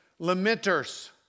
lamenters